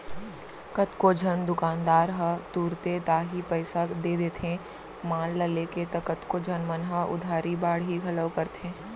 कतको झन दुकानदार ह तुरते ताही पइसा दे देथे माल ल लेके त कतको झन मन ह उधारी बाड़ही घलौ करथे